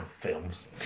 films